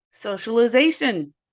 socialization